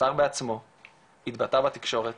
השר בעצמו התבטא בתקשורת